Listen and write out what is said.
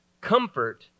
comfort